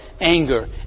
anger